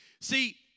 See